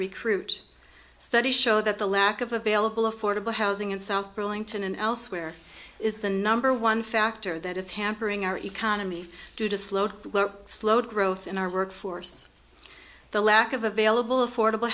recruit studies show that the lack of available affordable housing in south burlington and elsewhere is the number one factor that is hampering our economy due to slow slow growth in our workforce the lack of available affordable